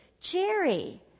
jerry